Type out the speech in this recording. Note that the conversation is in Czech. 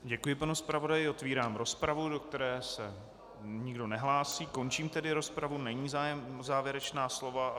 Děkuji panu zpravodaji, otevírám rozpravu, do které se nikdo nehlásí, končím tedy rozpravu, není zájem o závěrečná slova.